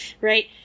right